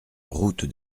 route